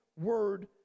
word